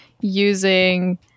using